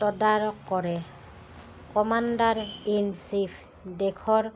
তদাৰক কৰে commander in chief দেশৰ